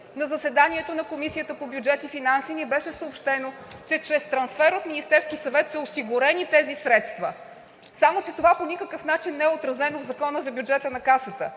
На заседанието на Комисията по бюджет и финанси ни беше съобщено, че чрез трансфер от Министерския съвет са осигурени тези средства, само че това по никакъв начин не е отразено в Закона за бюджета на Касата.